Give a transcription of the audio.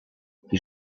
die